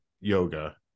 yoga